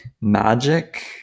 Magic